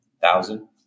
thousand